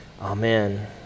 Amen